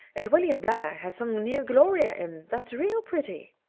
and william blair has some new gloria in that's real pretty.